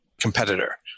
competitor